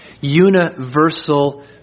universal